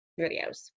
videos